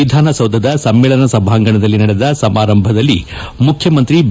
ವಿಧಾನ ಸೌಧದ ಸಮ್ಮೇಳನ ಸಭಾಂಗಣದಲ್ಲಿ ನಡೆದ ಸಮಾರಂಭದಲ್ಲಿ ಮುಖ್ಯಮಂತ್ರಿ ಬಿ